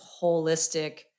holistic